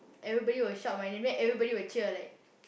everybody will shout my name then everybody will cheer like